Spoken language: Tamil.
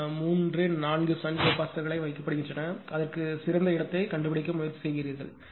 3 4 ஷன்ட் கெபாசிட்டர் கள் வைக்கப்படுகின்றன அதற்காக சிறந்த இடத்தைக் கண்டுபிடிக்க முயற்சி செய்கிறார்கள்